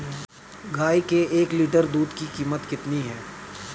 गाय के एक लीटर दूध की कीमत कितनी है?